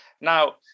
Now